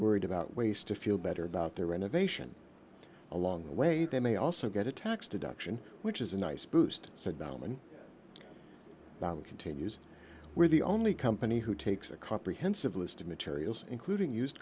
worried about ways to feel better about their renovation along the way they may also get a tax deduction which is a nice boost said bauman continues we're the only company who takes a comprehensive list of materials including used